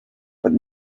but